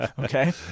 Okay